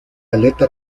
aleta